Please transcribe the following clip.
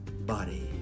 body